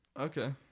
Okay